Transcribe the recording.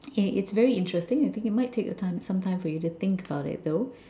it it's very interesting I think you might take your time some time for you to think about it though